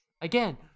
again